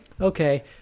okay